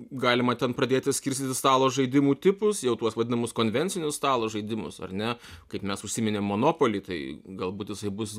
galima ten pradėti skirstyti stalo žaidimų tipus jau tuos vadinamus konvencinius stalo žaidimus ar ne kaip mes užsiminėm monopolį tai galbūt jisai bus